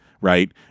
Right